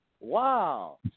Wow